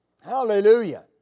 Hallelujah